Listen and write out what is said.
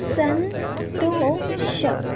ಸಂತೋಷ